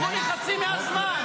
לקחו לי חצי מהזמן.